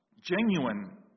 Genuine